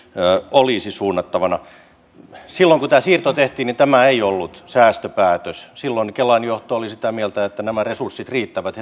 olisi suunnattavana silloin kun tämä siirto tehtiin tämä ei ollut säästöpäätös silloin kelan johto oli sitä mieltä että nämä resurssit riittävät